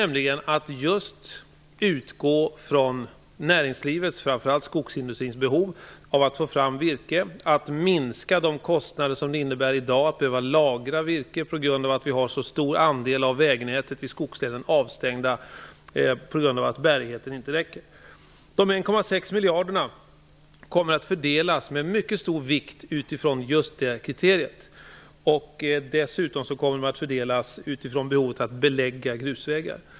Man kommer att utgå från näringslivets och framför allt skogsindustrins behov av att få fram virke och att minska de kostnader som det i dag innebär att lagra virke, eftersom vi har så stor del av vägnätet i skogslänen avstängd på grund av att bärigheten inte räcker till. De 1,6 miljarderna kommer att fördelas med mycket stor vikt lagd vid just det kriteriet. Dessutom kommer de att fördelas utifrån behovet att belägga grusvägar.